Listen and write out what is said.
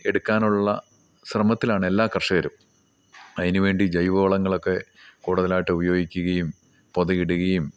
എടുക്കാനുള്ള ശ്രമത്തിലാണ് എല്ലാ കർഷകരും അതിനു വേണ്ടി ജൈവ വളങ്ങളൊക്കെ കൂടുതലായിട്ട് ഉപയോഗിക്കുകയും പൊതയിടുകയും